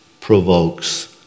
provokes